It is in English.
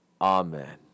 Amen